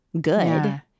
good